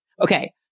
Okay